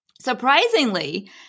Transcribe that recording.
Surprisingly